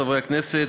חברי הכנסת,